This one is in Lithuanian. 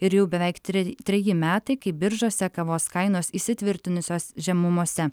ir jau beveik tre treji metai kai biržose kavos kainos įsitvirtinusios žemumose